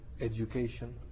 education